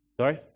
Sorry